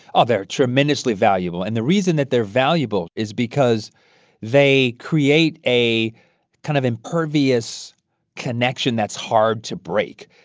ah they're tremendously valuable. and the reason that they're valuable is because they create a kind of impervious connection that's hard to break.